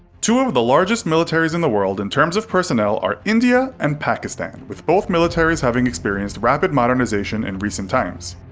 two of the largest militaries in the world in terms of personnel are india and pakistan, with both militaries having experienced rapid modernization in recent times.